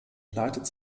leitet